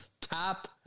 Top